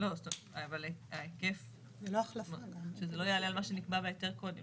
אבל ההיקף, שזה לא יעלה על מה שנקבע בהיתר קודם.